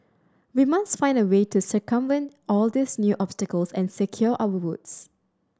we must find a way to circumvent all these new obstacles and secure our votes